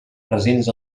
presents